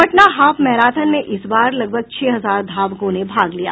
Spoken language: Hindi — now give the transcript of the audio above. पटना हाफ मैराथन में इस बार लगभग छह हजार धावकों ने भाग लिया